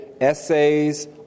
essays